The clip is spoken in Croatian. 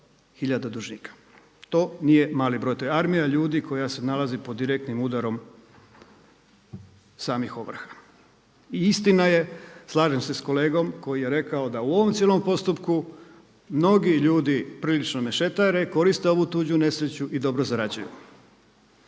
hiljada dužnika. To nije mali broj, to je armija ljudi koja se nalazi pod direktnim udarom samih ovrha. I istina je, slažem se sa kolegom koji je rekao da u ovom cijelom postupku mnogi ljudi prilično mešetare, koriste ovu tuđu nesreću i dobro zarađuju